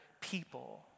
people